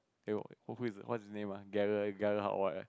then what who is the what's his name ah